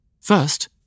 First